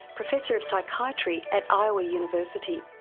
professor of psychiatry at iowa university.